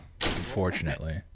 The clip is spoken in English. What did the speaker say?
unfortunately